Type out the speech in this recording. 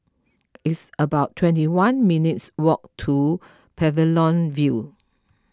it's about twenty one minutes' walk to Pavilion View